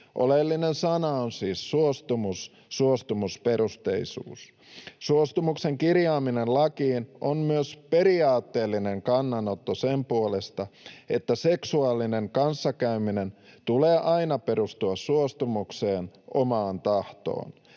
Oleellinen sana on siis suostumus — suostumusperusteisuus. Suostumuksen kirjaaminen lakiin on myös periaatteellinen kannanotto sen puolesta, että seksuaalisen kanssakäymisen tulee aina perustua suostumukseen, omaan tahtoon.